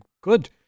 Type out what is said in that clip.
good